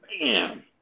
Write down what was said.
Bam